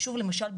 למשל,